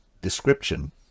description